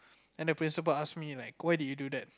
then the principal asked me like why did you do that